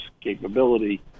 capability